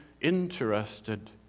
interested